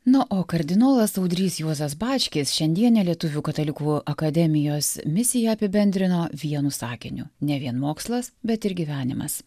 na o kardinolas audrys juozas bačkis šiandienė lietuvių katalikų akademijos misija apibendrino vienu sakiniu ne vien mokslas bet ir gyvenimas